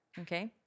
Okay